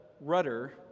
rudder